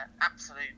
absolute